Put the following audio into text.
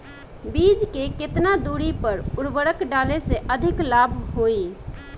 बीज के केतना दूरी पर उर्वरक डाले से अधिक लाभ होई?